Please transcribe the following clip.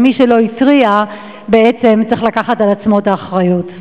ומי שלא התריע בעצם צריך לקחת על עצמו את האחריות.